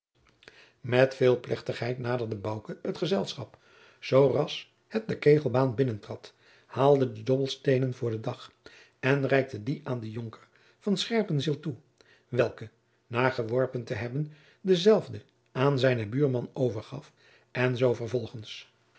met veel plechtigheid naderde bouke het gezelschap zoo ras het de kegelbaan binnentrad haalde de dobbelsteenen voor den dag en reikte die aan den jonker van scherpenzeel toe welke na geworpen te hebben dezelve aan zijnen buurman overgaf en zoo vervolgens